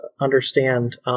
understand